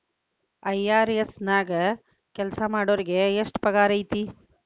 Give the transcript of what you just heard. IRS ನ್ಯಾಗ್ ಕೆಲ್ಸಾಮಾಡೊರಿಗೆ ಎಷ್ಟ್ ಪಗಾರ್ ಐತಿ?